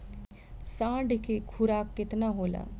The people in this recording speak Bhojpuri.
साँढ़ के खुराक केतना होला?